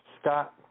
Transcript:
Scott